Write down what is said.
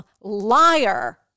liar